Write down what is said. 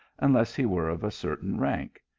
unless he were of a certain rank,